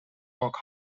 rock